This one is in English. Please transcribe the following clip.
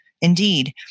Indeed